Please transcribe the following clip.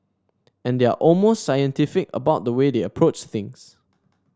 and they are almost scientific about the way they approach things